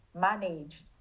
manage